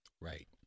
Right